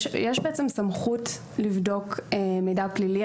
היום יש סמכות לבדוק מידע פלילי